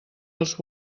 els